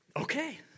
Okay